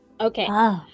Okay